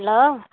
hello